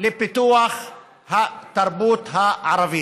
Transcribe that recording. לפיתוח התרבות הערבית.